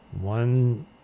one